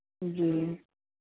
जी